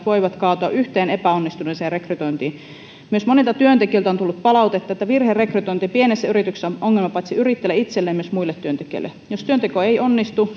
voivat kaatua yhteen epäonnistuneeseen rekrytointiin myös monilta työntekijöiltä on tullut palautetta että virherekrytointi pienessä yrityksessä on ongelma paitsi yrittäjälle itselleen myös muille työntekijöille jos työnteko ei onnistu